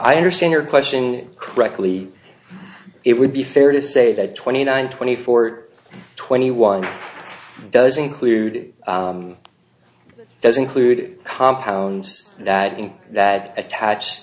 i understand your question correctly it would be fair to say that twenty nine twenty four twenty one does include those include compounds that in that attac